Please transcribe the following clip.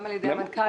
גם על ידי המנכ"ל,